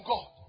God